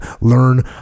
Learn